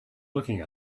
looking